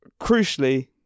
Crucially